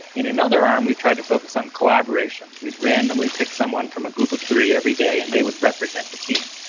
in another arm we tried to focus on collaboration. we'd randomly pick someone from a group of three every day and they would represent the team,